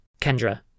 Kendra